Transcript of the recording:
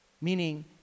Meaning